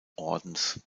ordens